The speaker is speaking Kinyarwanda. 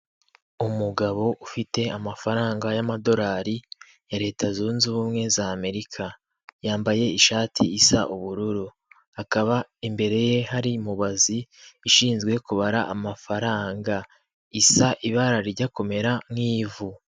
Umugabo ufite amafaranga y'amadolari ya Leta zunze ubumwe za Amerika, yambaye ishati isa ubururu, hakaba imbere ye hari mubazi ishinzwe kubara amafaranga, isa ibara rijya kumera nk'ivu.